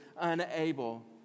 unable